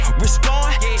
respond